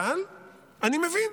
אבל אני מבין.